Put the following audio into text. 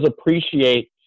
appreciate